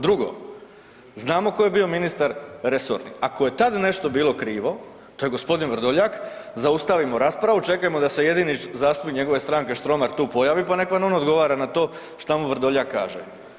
Drugo znamo tko je bio ministar resorni, ako je tada nešto bilo krivo to je gospodin Vrdoljak, zaustavimo raspravu čekajmo da se jedini zastupnik njegove stranke Štromar tu pojavi pa nek vam on odgovara na to šta mu Vrdoljak kaže.